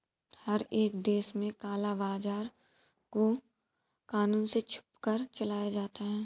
हर एक देश में काला बाजार को कानून से छुपकर चलाया जाता है